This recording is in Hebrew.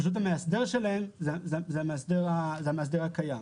פשוט המאסדר שלהם הוא המאסדר הקיים.